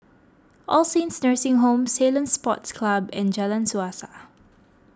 All Saints Nursing Home Ceylon Sports Club and Jalan Suasa